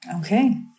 Okay